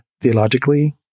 theologically